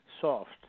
soft